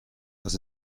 das